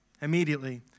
Immediately